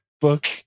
book